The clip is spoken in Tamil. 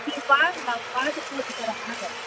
நீங்கள் வாங்க நான் பார்த்து போட்டுத்தரேன் வாங்க